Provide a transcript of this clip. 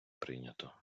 прийнято